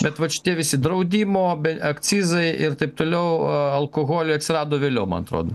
bet vat šitie visi draudimo be akcizai ir taip toliau o alkoholiai atsirado vėliau man atrodo